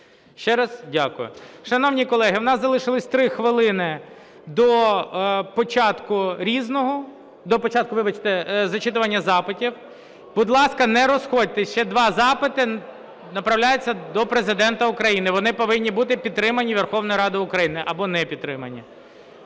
Ще раз дякую. Шановні колеги, в нас залишилося 3 хвилини до початку "Різного", до початку, вибачте, зачитування запитів. Будь ласка, не розходьтесь, ще 2 запити направляються до Президента України. Вони повинні бути підтримані Верховною Радою України або не підтримані.